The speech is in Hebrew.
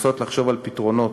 לנסות לחשוב על פתרונות,